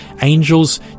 angels